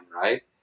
right